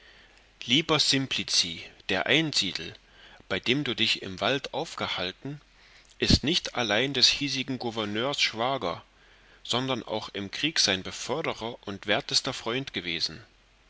lieber simplici der einsiedel bei dem du dich im wald aufgehalten ist nicht allein des hiesigen gouverneurs schwager sondern auch im krieg sein beförderer und wertester freund gewesen